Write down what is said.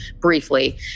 briefly